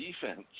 defense